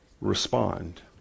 Respond